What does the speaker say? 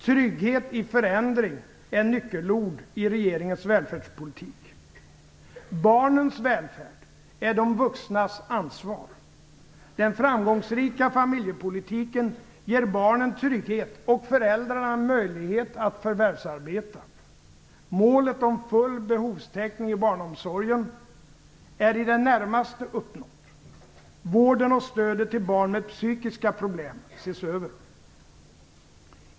Trygghet i förändring är nyckelord i regeringens välfärdspolitik. Barnens välfärd är de vuxnas ansvar. Den framgångsrika familjepolitiken ger barnen trygghet och föräldrarna möjlighet att förvärvsarbeta. Målet om full behovstäckning i barnomsorgen är i det närmaste uppnått. Vården och stödet till barn med psykiska problem ses över.